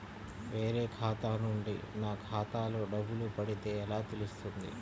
వేరే ఖాతా నుండి నా ఖాతాలో డబ్బులు పడితే ఎలా తెలుస్తుంది?